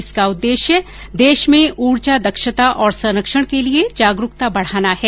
इसका उददेश्य देश में उर्जा दक्षता और संरक्षण के लिए जागरुकता बढ़ाना है